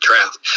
draft